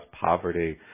poverty